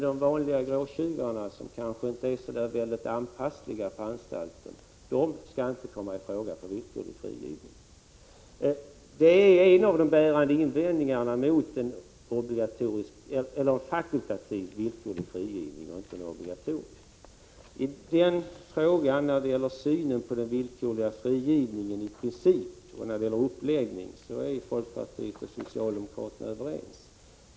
De vanliga gråtjuvarna däremot, vilka kanske är inte så anpassliga på anstalten, skall inte komma i fråga för villkorlig frigivning. Det är en av invändningarna mot en fakultativ villkorlig frigivning. I synen på den villkorliga frigivningen i princip och i fråga om uppläggningen av den är folkpartiet och socialdemokraterna överens.